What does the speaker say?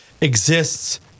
exists